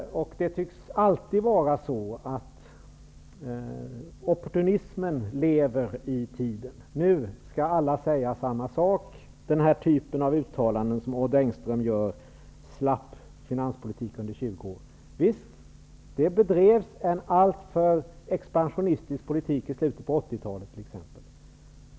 Opportunismen tycks alltid leva i tiden. Nu skall alla säga samma sak. Man instämmer i den typ av uttalanden som Odd Engström gör, att det har bedrivits en slapp finanspolitik under 20 år. Visst, det bedrevs en alltför expansionistisk politik i slutet av 80-talet.